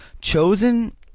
Chosen